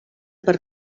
per